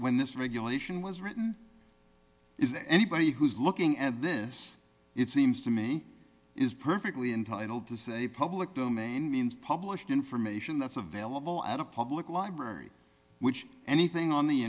when this regulation was written is that anybody who's looking at this it seems to me is perfectly entitled to say public domain means published information that's available out of public library which anything on the